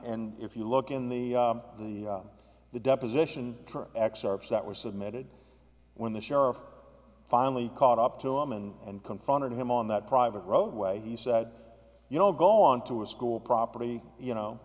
and if you look in the the the deposition excerpts that were submitted when the sheriff finally caught up to him and confronted him on that private roadway he said you know go on to a school property you know